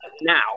now